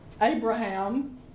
Abraham